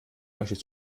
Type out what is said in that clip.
möchtest